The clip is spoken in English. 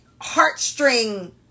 heartstring